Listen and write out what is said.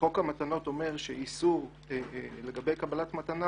וחוק המתנות אומר שאיסור לגבי קבלת מתנה